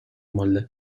molde